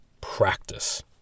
practice